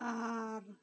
ᱟᱨ